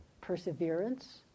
perseverance